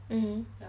mmhmm